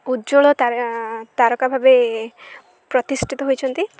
ଉଜ୍ଜଳ ତାରକା ଭାବେ ପ୍ରତିଷ୍ଠିତ ହୋଇଛନ୍ତି